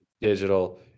Digital